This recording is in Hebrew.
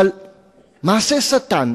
אבל מעשה שטן,